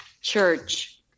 church